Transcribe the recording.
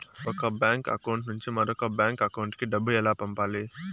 ఒక bank account నుంచి మరొక బ్యాంకు అకౌంట్ కు డబ్బు ఎలా పంపాలి